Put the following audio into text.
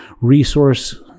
resource